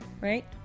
Right